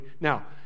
Now